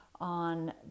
on